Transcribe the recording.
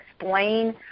explain